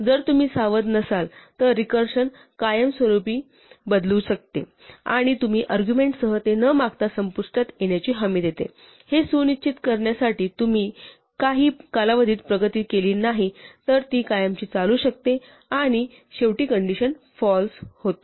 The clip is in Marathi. जर तुम्ही सावध नसाल तर रिकर्षण कायमस्वरूपी चालू शकते आणि तुम्ही अर्ग्युमेण्टसह ते न मागता संपुष्टात येण्याची हमी देते हे सुनिश्चित करण्यासाठी तुम्ही काही कालावधीत प्रगती केली नाही तर ती कायमची चालू शकते आणि शेवटी कंडिशन फाल्स होते